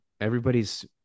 Everybody's